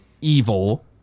Evil